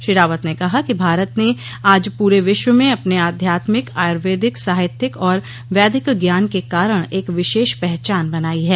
श्री रावत ने कहा कि भारत ने आज पूरे विश्व में अपने आध्यात्मिक आयुर्वेदिक साहित्यक और वैदिक ज्ञान के कारण एक विशेष पहचान बनाई है